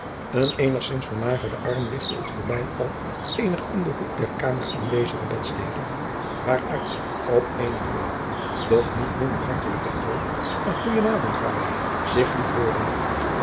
een eenigzins vermagerde arm lichtte het gordijn op eener in den hoek der kamer aanjacob van lennep de pleegzoon wezige bedstede waaruit op eenen flaauwen doch niet minder hartelijken toon een gen avond vader zich liet hooren